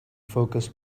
focus